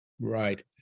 Right